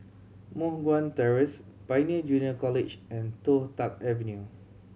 Moh Guan Terrace Pioneer Junior College and Toh Tuck Avenue